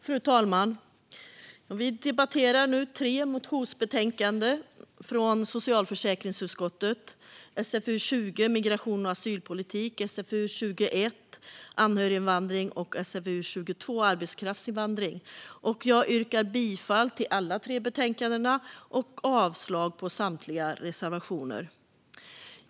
Fru talman! Vi debatterar nu tre motionsbetänkanden från socialförsäkringsutskottet: SfU20 Migration och asylpolitik , SfU21 Anhöriginvand ring och SfU22 Arbetskraftsinvandring . Jag yrkar bifall till förslagen i alla tre betänkandena och avslag på samtliga reservationer.